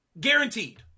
guaranteed